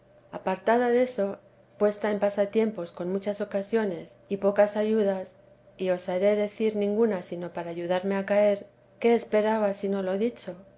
apartada deso puesta en pasatiempos con muchas ocasiones y pocas ayudas y osaré decir ninguna sino para ayudarme a caer qué esperaba sino lo dicho